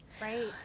Right